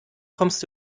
kommst